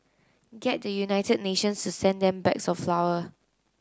get the United Nations to send them bags of flour